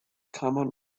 common